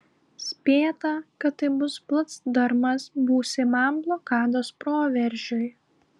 spėta kad tai bus placdarmas būsimam blokados proveržiui